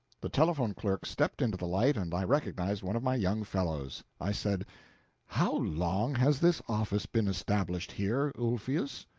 the telephone clerk stepped into the light, and i recognized one of my young fellows. i said how long has this office been established here, ulfius?